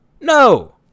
No